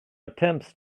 attempts